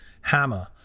Hammer